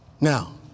Now